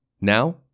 Now